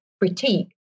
critique